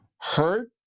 hurt